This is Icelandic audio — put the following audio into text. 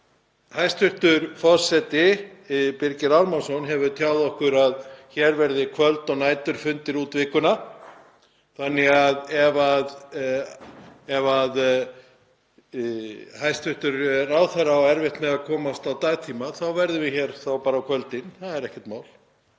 Hæstv. forseti Birgir Ármannsson hefur tjáð okkur að hér verði kvöld- og næturfundir út vikuna þannig að ef hæstv. ráðherra á erfitt með að komast á dagtíma þá verðum við hér bara á kvöldin. Það er ekkert mál.